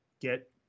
get